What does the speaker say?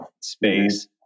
space